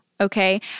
Okay